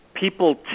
people